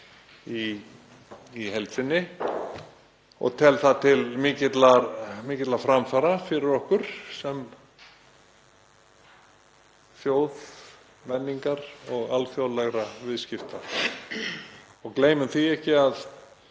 í heild sinni og tel það til mikilla framfara fyrir okkur sem þjóð menningar og alþjóðlegra viðskipta. Gleymum því ekki að